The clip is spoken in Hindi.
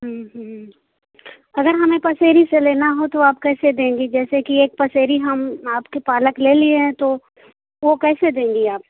अगर हमें पसेरी से लेना हो तो आप कैसे देंगी जैसे कि एक पसेरी हम आपकी पालक ले लिए है तो वह कैसे देंगी आप